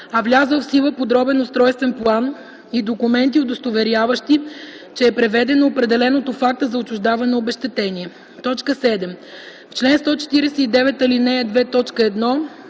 а влязъл в сила подробен устройствен план и документи, удостоверяващи, че е преведено определеното в акта за отчуждаване обезщетение.” 7. В чл. 149, ал. 2,